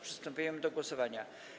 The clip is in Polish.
Przystępujemy do głosowania.